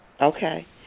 Okay